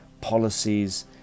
policies